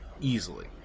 easily